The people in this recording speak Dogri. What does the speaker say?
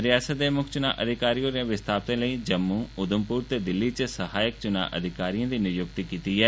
रियासत दे मुक्ख चुनांऽ अधिकारी होरें विस्थापितें लेई जम्मू उघमपुर ते दिल्ली च सहायक चुनांऽ अधिकारिएं दी नियुक्ति कीती दी ऐ